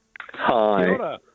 Hi